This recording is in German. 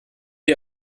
die